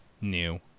new